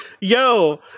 yo